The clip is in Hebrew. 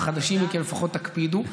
החדשים מכם, לפחות תקפידו.